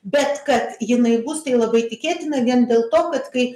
bet kad jinai bus tai labai tikėtina vien dėl to kad kai